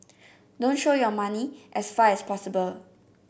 don't show your money as far as possible